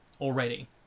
already